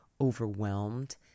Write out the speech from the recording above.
overwhelmed